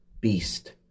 beast